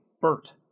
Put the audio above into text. Bert